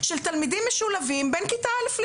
של תלמידים שמשולבים בין כיתה א'